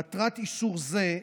מטרת איסור זה,